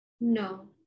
No